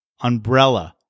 umbrella